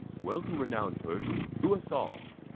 welcome, renowmed persian, to us all!